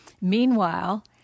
meanwhile